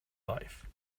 life